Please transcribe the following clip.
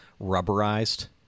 rubberized